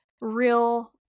real